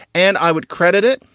and i would credit it.